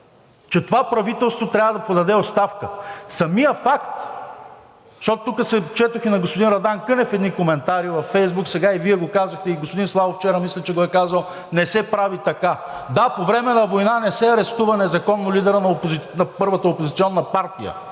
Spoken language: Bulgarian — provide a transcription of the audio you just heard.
че това правителство трябва да подаде оставка. Самият факт, защото четох едни коментари на господин Радан Кънев във Фейсбук, а сега и Вие го казахте, и господин Славов вчера мисля, че го е казал: не се прави така! Да, по време на война не се арестува незаконно лидерът на първата опозиционна партия